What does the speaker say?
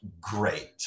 great